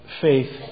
faith